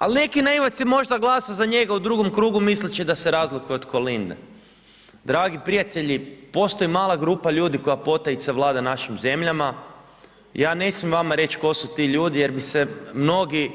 Ali neki naivac je možda glas'o za njega u drugom krugu misleći da se razlikuje od Kolinde, dragi prijatelji postoji mala grupa ljudi koja potajice vlada našim zemljama, ja ne smijem vama reći tko su ti ljudi, jer bi se mnogi